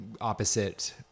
opposite